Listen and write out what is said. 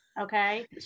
Okay